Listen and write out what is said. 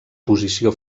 posició